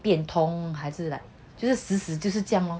变通还是 like 就是死死就是这样 lor